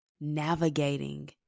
navigating